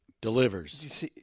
delivers